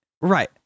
right